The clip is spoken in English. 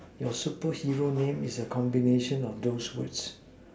your superhero name is a combination of those words